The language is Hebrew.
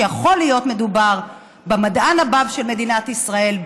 ויכול להיות שמדובר במדען הבא של מדינת ישראל,